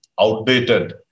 outdated